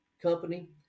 company